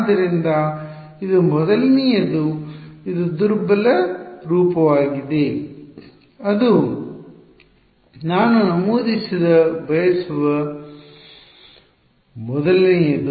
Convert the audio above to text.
ಆದ್ದರಿಂದ ಇದು ಮೊದಲನೆಯದು ಇದು ದುರ್ಬಲ ರೂಪವಾಗಿದೆ ಅದು ನಾನು ನಮೂದಿಸಲು ಬಯಸುವ ಮೊದಲನೆಯದು